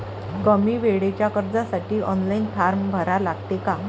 कमी वेळेच्या कर्जासाठी ऑनलाईन फारम भरा लागते का?